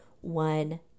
one